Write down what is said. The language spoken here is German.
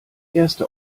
erste